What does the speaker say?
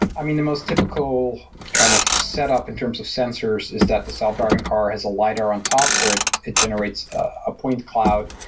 i mean, the most typical kind of set up in terms of sensors is that the self driving car has a lidar on top where it generates a point cloud,